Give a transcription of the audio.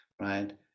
right